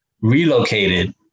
relocated